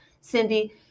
Cindy